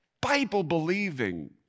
Bible-believing